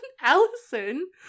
Allison